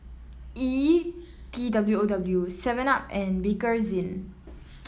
E T W O W Seven Up and Bakerzin